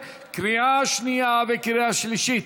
לקריאה שנייה ולקריאה שלישית,